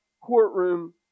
courtroom